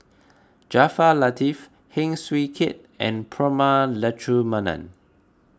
Jaafar Latiff Heng Swee Keat and Prema Letchumanan